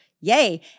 Yay